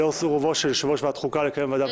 לאור סירובו של יושב-ראש ועדת החוקה לקיים ועדה משותפת,